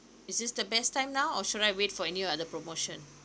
is this the best time now or should I wait for any other promotion